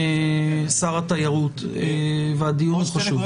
שר התיירות, והדיון חשוב.